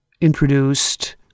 introduced